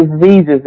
diseases